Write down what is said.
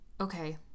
Okay